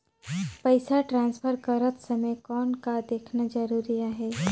पइसा ट्रांसफर करत समय कौन का देखना ज़रूरी आहे?